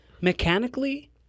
Mechanically